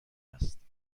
است